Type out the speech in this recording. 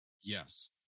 Yes